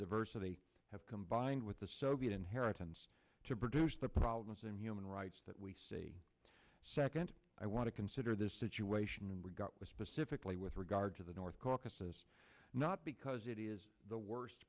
diversity have combined with the soviet inheritance to produce the problems and human rights that we see a second i want to consider this situation we got was specifically with regard to the north caucasus not because it is the worst